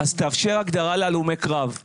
תאפשר הגדרה להלומי קרב.